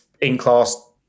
in-class